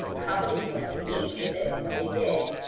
how many people have engaged with it and what they did,